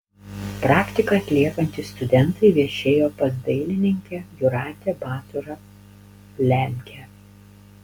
praktiką atliekantys studentai viešėjo pas dailininkę jūratę baturą lemkę